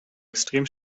extrem